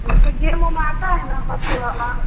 और इस पर गेम वह मारता है ना बच्चों वाला